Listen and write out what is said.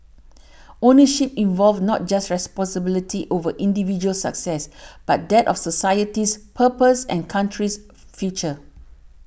ownership involved not just responsibility over individual success but that of society's purpose and country's future